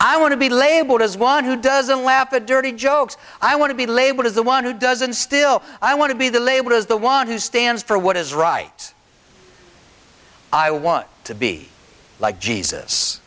i want to be labeled as one who doesn't laugh a dirty jokes i want to be labeled as the one who doesn't still i want to be the label is the one who stands for what is right i want to be like jesus